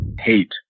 hate